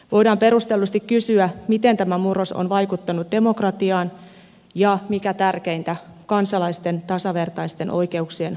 voidaan perustellusti kysyä miten tämä murros on vaikuttanut demokratiaan ja mikä tärkeintä kansalaisten tasavertaisten oikeuksien toteutumiseen